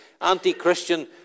anti-Christian